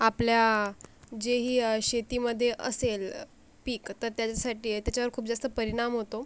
आपल्या जेही शेतीमध्ये असेल पीक तर त्यासाठी आहे तर त्याच्यावर खूप जास्त परिणाम होतो